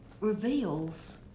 reveals